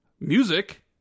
music